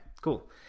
cool